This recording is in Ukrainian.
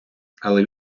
але